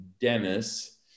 Dennis